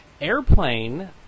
Airplane